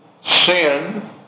sin